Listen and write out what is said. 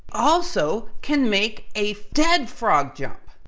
also, can make a dead frog jump.